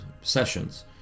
sessions